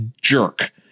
jerk